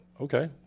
okay